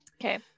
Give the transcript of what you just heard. Okay